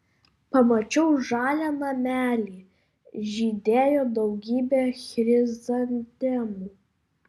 pamačiau žalią namelį žydėjo daugybė chrizantemų